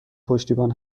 پشتیبان